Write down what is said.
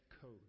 code